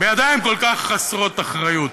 בידיים כל כך חסרות אחריות.